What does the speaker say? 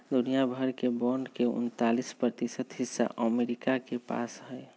दुनिया भर के बांड के उन्तालीस प्रतिशत हिस्सा अमरीका के पास हई